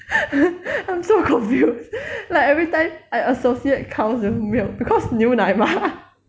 I'm so confused like every time I associate cows with milk because 牛奶 mah